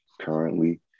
currently